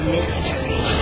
Mystery